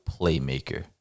PLAYMAKER